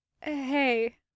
Hey